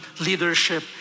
leadership